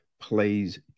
plays